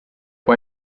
può